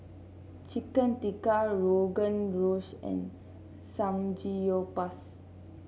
Chicken Tikka Rogan and Samgeyopsal